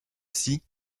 psy